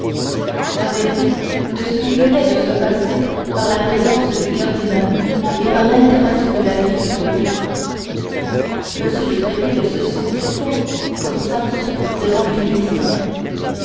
averti de ce qui venait de se passer par la présence du cardinal et par l'altération de la figure du roi m de tréville se sentit fort comme samson devant les philistins